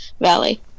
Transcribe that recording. Valley